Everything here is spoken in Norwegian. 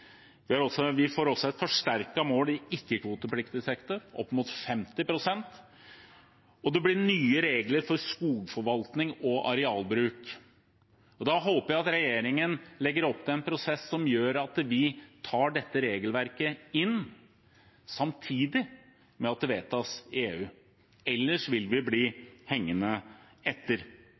Vi får også et forsterket mål i ikke-kvotepliktig sektor, opp mot 50 pst., og det blir nye regler for skogforvaltning og arealbruk. Da håper jeg regjeringen legger opp til en prosess som gjør at vi tar dette regelverket inn samtidig med at det vedtas i EU, ellers vil vi bli hengende etter.